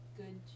good